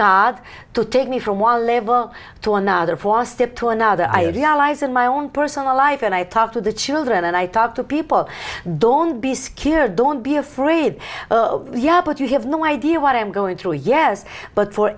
god to take me from one level to another for step to another i realize in my own personal life and i talk to the children and i talk to people don't be skeered don't be afraid oh yeah but you have no idea what i am going through yes but for